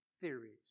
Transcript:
theories